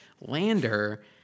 lander